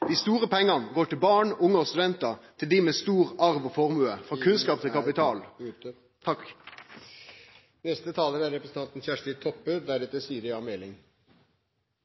lar dei store pengane gå frå barn, unge og studentar til dei med stor arv og formue – frå kunnskap til kapital?